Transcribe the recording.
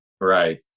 Right